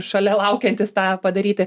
šalia laukiantys tą padaryti